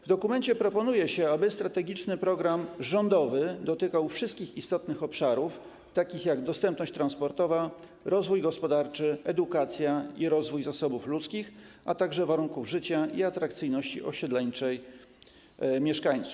W dokumencie proponuje się, aby strategiczny program rządowy dotykał wszystkich istotnych obszarów, takich jak dostępność transportowa, rozwój gospodarczy, edukacja i rozwój zasobów ludzkich, a także warunki życia mieszkańców i atrakcyjność osiedleńcza.